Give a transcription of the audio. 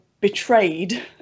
betrayed